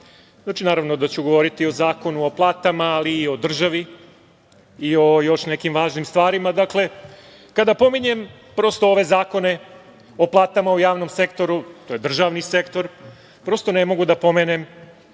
naravno da ću govoriti o Zakonu o platama, ali i o državi i o još nekim važnim stvarima. Kada pominjem prosto ove zakone o platama u javnom sektoru, to je državni sektor, prosto ne mogu da pomenem